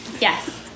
Yes